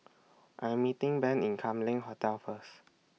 I'm meeting Ben in Kam Leng Hotel First